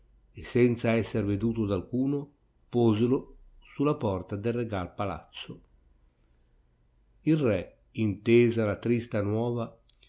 e senza esser veduto da alcuno poselo su la porta del regal palazzo il re intesa la trista nuova